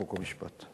חוק ומשפט.